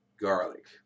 garlic